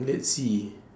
let's see